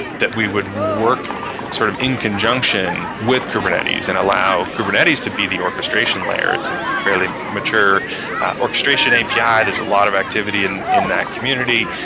that we would work sort of in conjunction with kubernetes and allow kubernetes to be the orchestration layer. it's a fairly mature orchestration api. there's a lot of activity in in that community,